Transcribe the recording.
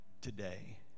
today